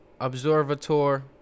Observator